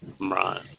Right